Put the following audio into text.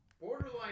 Borderline